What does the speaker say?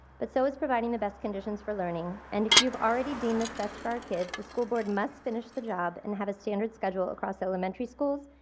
but so is providing the best conditions for learning. and if you've already deemed this best for our kids, the school board must finish the job and have the standard schedule across elementary school,